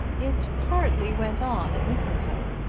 it partly went on at mistletoe.